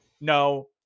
no